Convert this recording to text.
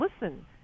listen